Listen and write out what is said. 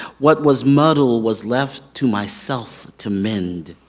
what was muddled was left to myself to mend.